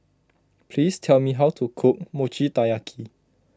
please tell me how to cook Mochi Taiyaki